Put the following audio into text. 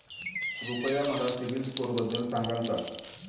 कृपया मला सीबील स्कोअरबद्दल सांगाल का?